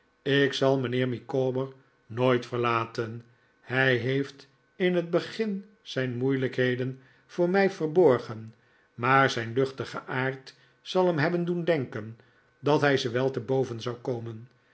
ik zal mijnheer micawber nooit verlaten hij heeft in het begin zijn moeilijkheden voor mij verborgen maar zijn luchtige aard zal hem hebben doen denken dat hij ze wel te boven zou komen